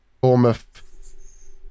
Bournemouth